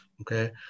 okay